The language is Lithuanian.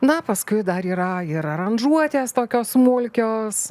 na paskui dar yra ir aranžuotės tokios smulkios